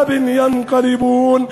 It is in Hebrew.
מפני השטן הארור.